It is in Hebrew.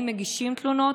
אם מגישים תלונות.